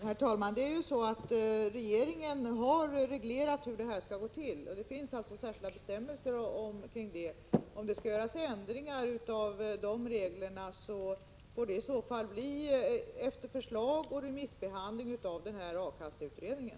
Herr talman! Regeringen har reglerat hur detta skall gå till genom särskilda bestämmelser. Om det skall göras ändringar i dessa regler får det i så fall bli efter förslag och remissbehandling av A-kasseutredningen.